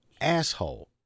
asshole